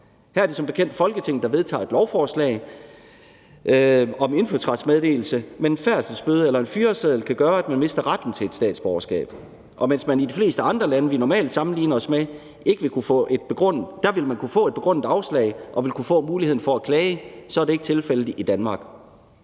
Her er det som bekendt Folketinget, der vedtager et lovforslag om indfødsrets meddelelse, men en færdselsbøde eller en fyreseddel kan gøre, at man mister retten til et statsborgerskab. Og mens man i de fleste andre lande, vi normalt sammenligner os med, vil kunne få et begrundet afslag og få muligheden for at klage, er det ikke tilfældet i Danmark.